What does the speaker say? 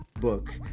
book